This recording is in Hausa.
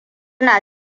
na